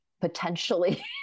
potentially